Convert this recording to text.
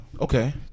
Okay